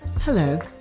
Hello